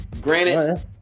Granted